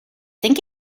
think